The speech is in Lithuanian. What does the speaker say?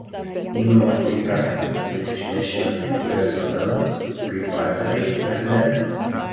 nu o tai ką jas išnešime kai kurias sodan kaip vasarai ar ne